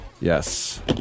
Yes